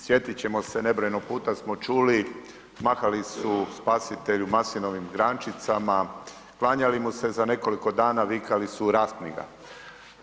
Sjetit ćemo se, nebrojeno puta smo čuli, mahali su spasitelju maslinovim grančicama, klanjali mu se, za nekoliko dana vikali su raspni ga.